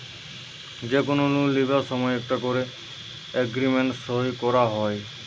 যে কুনো লোন লিবার সময় একটা কোরে এগ্রিমেন্ট সই কোরা হয়